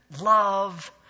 love